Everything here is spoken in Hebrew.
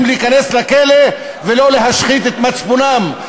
להיכנס לכלא ולא להשחית את מצפונם,